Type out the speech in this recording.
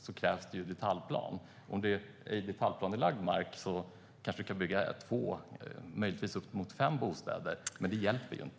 På detaljplanerad mark kan man kanske bygga två, möjligtvis fem, bostäder, men det hjälper ju inte.